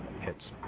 hits